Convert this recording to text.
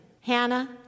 Hannah